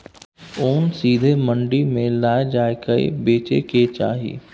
ओन सीधे मंडी मे लए जाए कय बेचे के चाही